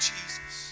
Jesus